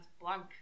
Blank